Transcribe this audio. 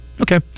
Okay